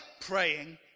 praying